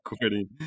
quitting